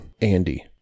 Andy